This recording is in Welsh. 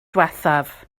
ddiwethaf